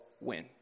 win